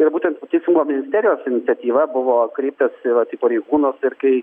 ir būtent teisingumo ministerijos iniciatyva buvo kreiptasi vat į pareigūnus ir kai